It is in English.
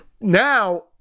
Now